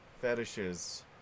fetishes